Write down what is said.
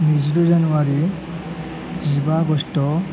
नैजिद' जानुवारी जिबा आगस्त